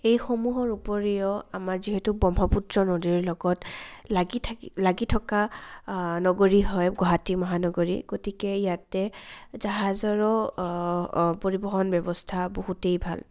এইসমূহৰ উপৰিও আমাৰ যিহেতু ব্ৰহ্মপুত্ৰ নদীৰ লগত লাগি থাকি লাগি থকা নগৰী হয় গুৱাহাটী মহানগৰী গতিকে ইয়াতে জাহাজৰো পৰিবহণ ব্যৱস্থা বহুতেই ভাল